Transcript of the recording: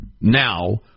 now